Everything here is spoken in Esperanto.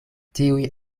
tiuj